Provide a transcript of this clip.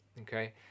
okay